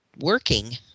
working